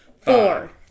four